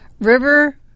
River